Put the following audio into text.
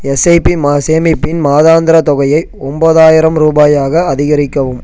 SIP ம சேமிப்பின் மாதாந்திரத் தொகையை ஒம்பதாயிரம் ரூபாயாக அதிகரிக்கவும்